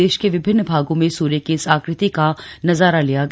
देश के विभिन्न भागों में सूर्य की इस आकृति का नजारा लिया गया